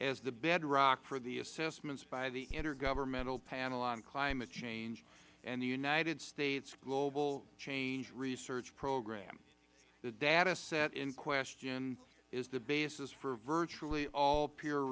as the bedrock for the assessments by the intergovernmental panel on climate change and the united states global change research program the data set in question is the basis for virtually all p